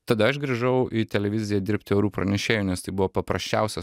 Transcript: tada aš grįžau į televiziją dirbti orų pranešėju nes tai buvo paprasčiausias